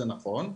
זה נכון.